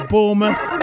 Bournemouth